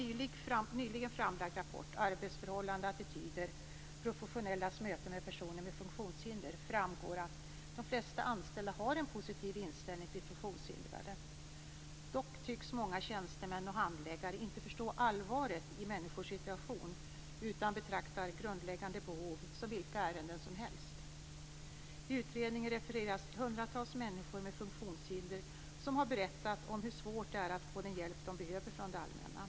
Av en nyligen framlagd rapport, Arbetsförhållanden och attityder - professionellas möten med personer med funktionshinder, framgår att de flesta anställda har en positiv inställning till funktionshindrade. Dock tycks många tjänstemän och handläggare inte förstå allvaret i människors situation utan betraktar grundläggande behov som vilka ärenden som helst. I utredningen refereras till hundratals människor med funktionshinder som har berättat om hur svårt det är att få den hjälp de behöver från det allmänna.